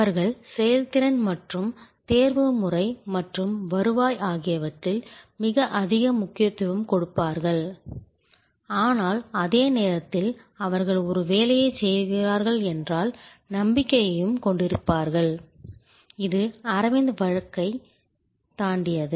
அவர்கள் செயல்திறன் மற்றும் தேர்வுமுறை மற்றும் வருவாய் ஆகியவற்றில் மிக அதிக முக்கியத்துவம் கொடுப்பார்கள் ஆனால் அதே நேரத்தில் அவர்கள் ஒரு வேலையைச் செய்கிறார்கள் என்ற நம்பிக்கையையும் கொண்டிருப்பார்கள் இது அரவிந்த் வழக்கைத் தாண்டியது